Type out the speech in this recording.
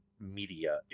media